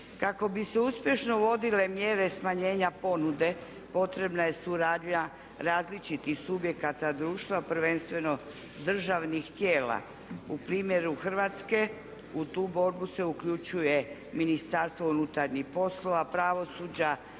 Kako bi se uspješno uvodile mjere smanjenja ponude potrebna je suradnja različitih subjekata društva prvenstveno državnih tijela. U primjeru Hrvatske u tu borbu se uključuje Ministarstvo unutarnjih poslova, pravosuđa,